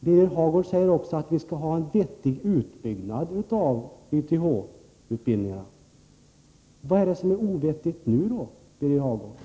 Birger Hagård säger också att vi skall ha en vettig utbyggnad av YTH-utbildningarna. Vad är det som är ovettigt nu, Birger Hagård?